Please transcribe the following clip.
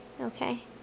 okay